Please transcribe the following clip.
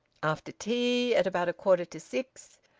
after tea, at about a quarter to six,